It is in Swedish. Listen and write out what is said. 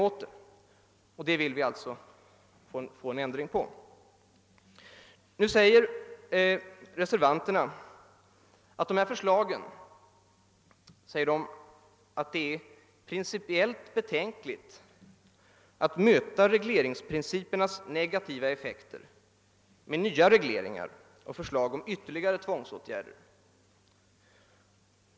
Det förhållandet vill vi alltså få en ändring på. Nu framhåller reservanterna beträffande detta förslag att det är principiellt betänkligt att möta regleringsprincipernas negativa effekt med nya regleringar och förslag om ytterligare tvångsåtgärder.